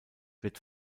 wird